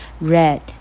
Red